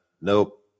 Nope